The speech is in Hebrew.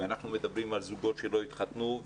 ואנחנו מדברים על זוגות שלא התחתנו,